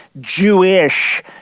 Jewish